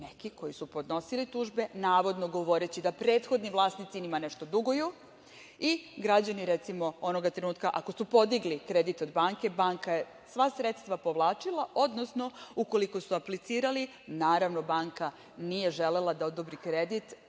neki koji su podnosili tužbe, navodno govoreći da prethodni vlasnici njima nešto duguju i građani onoga trenutka, recimo, ako su podigli kredit od banke, banka je sva sredstva povlačila, odnosno, ukoliko su aplicirali, naravno, banka nije želela da odobri kredit